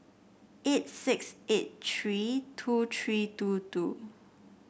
eight six eight three two three two two